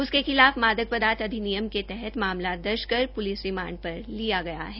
उसके खिलाफ मादक पदार्थ अधिनियम के तहत मामला दर्ज कर प्लिस रिमांड पर लिया गया है